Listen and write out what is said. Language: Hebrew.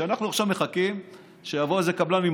ואנחנו עכשיו מחכים שיבוא איזה קבלן עם